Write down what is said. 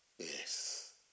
Yes